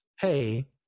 hey